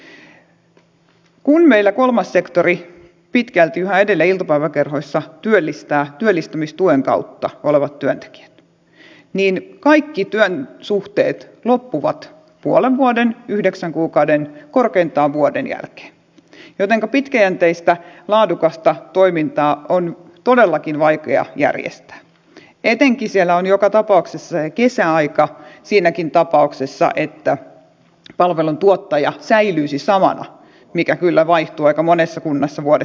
kun meillä kolmas sektori pitkälti yhä edelleen iltapäiväkerhoissa työllistää työllistämistuen kautta olevat työntekijät niin kaikki työsuhteet loppuvat puolen vuoden yhdeksän kuukauden korkeintaan vuoden jälkeen jotenka pitkäjänteistä laadukasta toimintaa on todellakin vaikea järjestää etenkin kun siellä on joka tapauksessa se kesäaika siinäkin tapauksessa että palveluntuottaja säilyisi samana mikä kyllä vaihtuu aika monessa kunnassa vuodesta toiseen